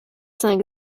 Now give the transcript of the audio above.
cinq